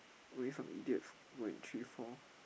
only some idiots go and three four